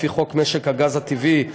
לפי חוק משק הגז הטבעי,